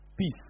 peace